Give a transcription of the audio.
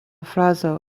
frazo